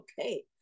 okay